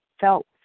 felt